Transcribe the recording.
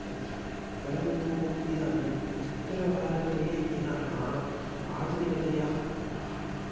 तत्र परन्तु इदानीम् उत्तरभारतीयनः आधुनिकतायाः प्रभावः